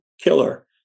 killer